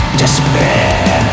despair